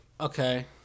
Okay